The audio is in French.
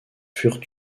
furent